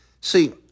See